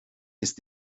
ist